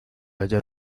hallar